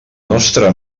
nostra